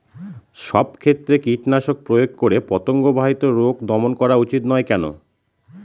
সব ক্ষেত্রে কীটনাশক প্রয়োগ করে পতঙ্গ বাহিত রোগ দমন করা উচিৎ নয় কেন?